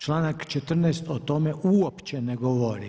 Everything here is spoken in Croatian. Članak 14. o tome uopće ne govori.